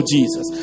Jesus